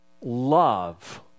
love